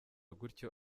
gutyo